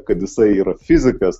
kad jisai yra fizikas